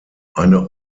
eine